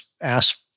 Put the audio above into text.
ask